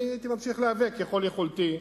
הייתי ממשיך להיאבק ככל יכולתי.